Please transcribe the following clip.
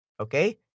Okay